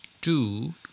two